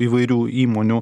įvairių įmonių